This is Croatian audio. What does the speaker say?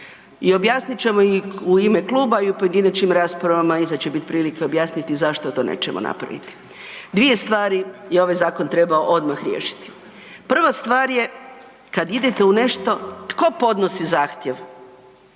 i objasnit ćemo i u ime kluba i u pojedinačnim raspravama, mislim da će biti prilike zašto to nećemo napraviti. Dvije stvari je ovaj zakon trebao odmah riješiti. Prva stvar je kad idete u nešto, tko podnosi zahtjev?